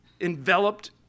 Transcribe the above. enveloped